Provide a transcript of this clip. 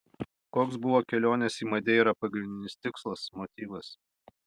koks buvo kelionės į madeirą pagrindinis tikslas motyvas